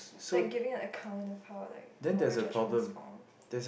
like giving an account about like moral judgements foam